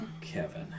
Kevin